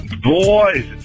Boys